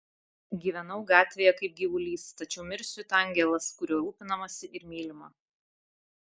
gyvenau gatvėje kaip gyvulys tačiau mirsiu it angelas kuriuo rūpinamasi ir mylima